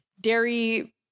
dairy